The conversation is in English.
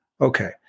Okay